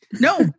No